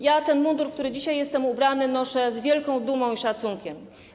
Ja ten mundur, w który dzisiaj jestem ubrana, noszę z wielką dumą i szacunkiem.